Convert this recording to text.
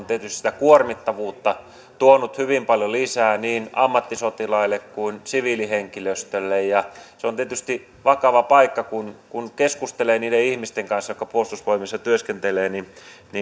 tietysti sitä kuormittavuutta tuonut hyvin paljon lisää niin ammattisotilaille kuin siviilihenkilöstölle se on tietysti vakava paikka kun kun keskustelee niiden ihmisten kanssa jotka puolustusvoimissa työskentelevät